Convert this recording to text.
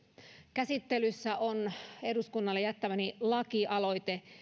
käsittelyssä on eduskunnalle jättämäni lakialoite